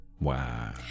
Wow